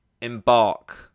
embark